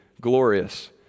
glorious